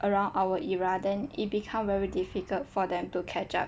around our era then it become very difficult for them to catch up